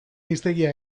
hiztegia